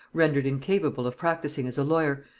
rendered incapable of practising as a lawyer,